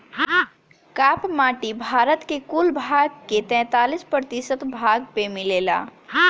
काप माटी भारत के कुल भाग के तैंतालीस प्रतिशत भाग पे मिलेला